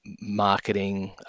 marketing